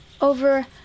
over